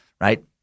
right